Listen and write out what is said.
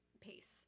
pace